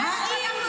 אדוני היו"ר,